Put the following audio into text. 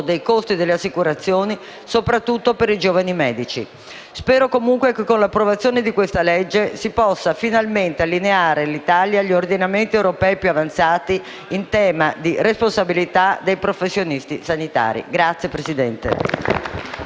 dei costi delle assicurazioni, soprattutto per i giovani medici. Spero comunque che con l'approvazione di questa legge si possa finalmente allineare l'Italia agli ordinamenti europei più avanzati in tema di responsabilità dei professionisti sanitari. *(Applausi